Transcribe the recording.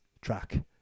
track